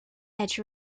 edge